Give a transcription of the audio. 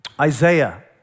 Isaiah